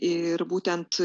ir būtent